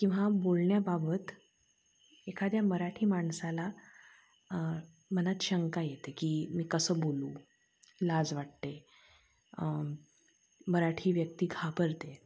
किंवा बोलण्याबाबत एखाद्या मराठी माणसाला मनात शंका येते की मी कसं बोलू लाज वाटते मराठी व्यक्ती घाबरते